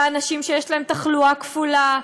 ואנשים שיש להם תחלואה כפולה,